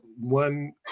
one